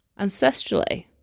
ancestrally